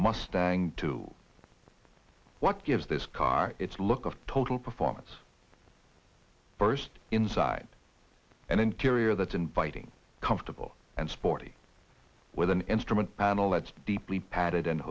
mustang two what gives this car its look of total performance first inside an interior that's inviting comfortable and sporty with an instrument panel that's deeply padded and